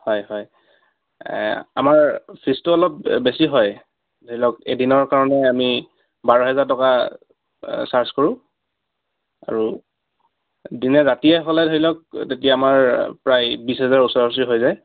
হয় হয় আমাৰ ফিজটো অলপ বেছি হয় ধৰি লওক এদিনৰ কাৰণে আমি বাৰ হেজাৰ টকা চাৰ্জ কৰোঁ আৰু দিনে ৰাতিয়ে হ'লে ধৰি লওক তেতিয়া আমাৰ প্ৰায় বিশ হেজাৰৰ ওচৰা ওচৰি হৈ যায়